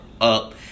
up